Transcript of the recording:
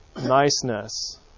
niceness